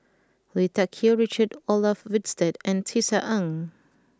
Lui Tuck Yew Richard Olaf Winstedt and Tisa Ng